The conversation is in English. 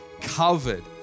covered